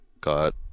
got